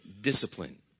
discipline